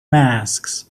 masks